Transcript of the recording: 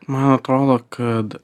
man atrodo kad